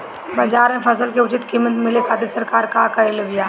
बाजार में फसल के उचित कीमत मिले खातिर सरकार का कईले बाऽ?